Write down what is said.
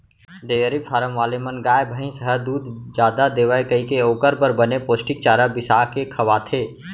dairy farm वाले मन गाय, भईंस ह दूद जादा देवय कइके ओकर बर बने पोस्टिक चारा बिसा के खवाथें